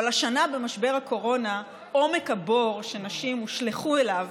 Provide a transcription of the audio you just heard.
אבל השנה במשבר הקורונה עומק הבור שנשים הושלכו אליו